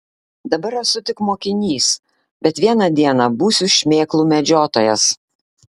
dabar esu tik mokinys bet vieną dieną būsiu šmėklų medžiotojas